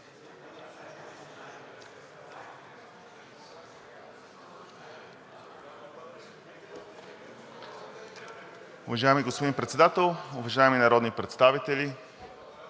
Ви, господин Председател. Уважаеми народни представители,